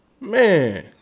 Man